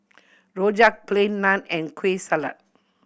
rojak Plain Naan and Kueh Salat